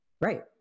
Right